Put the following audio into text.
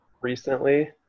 recently